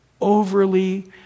overly